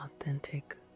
authentic